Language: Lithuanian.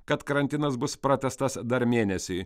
kad karantinas bus pratęstas dar mėnesiui